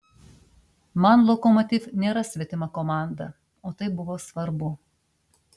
man lokomotiv nėra svetima komanda o tai buvo svarbu